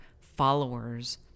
followers